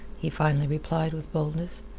he finally replied, with boldness,